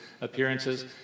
appearances